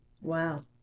Wow